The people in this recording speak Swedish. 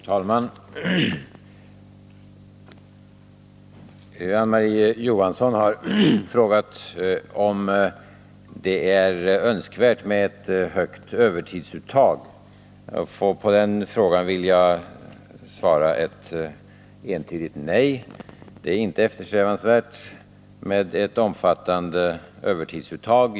Nr 37 Herr talman! Marie-Ann Johansson har frågat, om det är önskvärt med ett Fredagen den högt övertidsuttag. På den frågan vill jag svara ett entydigt nej; det är inte 28 november 1980 eftersträvansvärt med ett omfattande övertidsuttag.